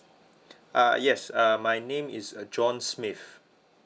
uh yes uh my name is uh john smith